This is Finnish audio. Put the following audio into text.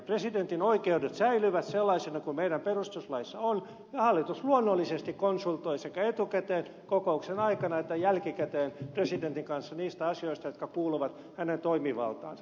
presidentin oikeudet säilyvät sellaisina kuin meidän perustuslaissamme on ja hallitus luonnollisesti konsultoi sekä etukäteen kokouksen aikana että jälkikäteen presidentin kanssa niistä asioista jotka kuuluvat hänen toimivaltaansa